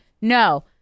no